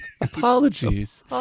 Apologies